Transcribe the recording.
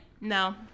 no